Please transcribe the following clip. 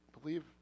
believe